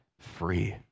free